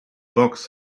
box